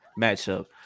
matchup